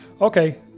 Okay